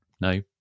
no